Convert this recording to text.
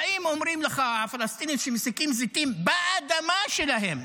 באים ואומרים לך שהפלסטינים שמוסקים זיתים באדמה שלהם